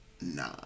Nah